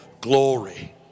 glory